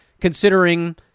considering